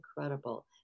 incredible